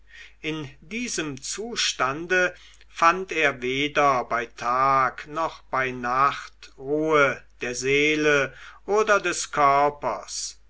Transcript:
in diesem zustande fand er weder bei tag noch bei nacht ruhe der seele oder des körpers